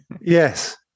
Yes